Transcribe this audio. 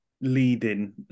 leading